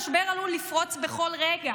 משבר עלול לפרוץ בכל רגע.